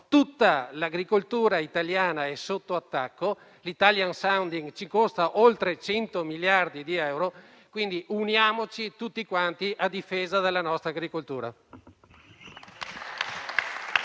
tutta l'agricoltura italiana è sotto attacco, l'*italian sounding* ci costa oltre 100 miliardi di euro, quindi uniamoci tutti a difesa della nostra agricoltura.